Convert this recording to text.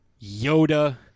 Yoda